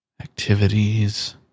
Activities